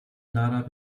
lader